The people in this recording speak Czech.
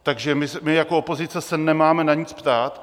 Takže my jako opozice se nemáme na nic ptát?